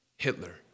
Hitler